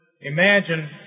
imagine